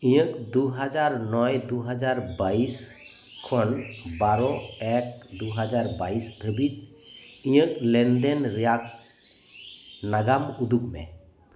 ᱤᱧᱟᱹᱜ ᱫᱩ ᱦᱟᱡᱟᱨ ᱱᱚᱭ ᱫᱩ ᱦᱟᱡᱟᱨ ᱵᱟᱭᱤᱥ ᱠᱷᱚᱱ ᱵᱟᱨᱚ ᱮᱠ ᱫᱩ ᱦᱟᱡᱟᱨ ᱵᱟᱭᱤᱥ ᱫᱷᱟᱵᱤᱡ ᱤᱧᱟᱹᱜ ᱞᱮᱱᱫᱮᱱ ᱨᱮᱭᱟᱜ ᱱᱟᱜᱟᱢ ᱩᱫᱩᱜᱽ ᱢᱮ